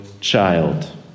child